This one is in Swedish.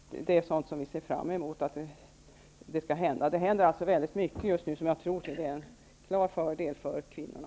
Det är sådant som vi ser fram emot. Det händer väldigt mycket just nu, som jag tror är till klar fördel för kvinnorna.